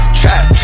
trap